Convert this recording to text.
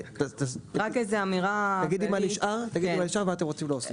תגידי מה נשאר ומה אתם רוצים להוסיף.